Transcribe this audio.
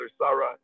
Sarah